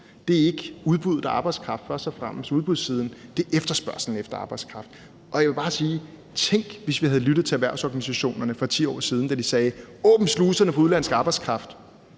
er ikke udbuddet af arbejdskraft først og fremmest, men efterspørgslen efter arbejdskraft. Jeg vil bare sige: Tænk, hvis vi havde lyttet til erhvervsorganisationerne for 10 år siden, da de sagde: Åbn sluserne for udenlandsk arbejdskraft.